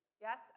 Yes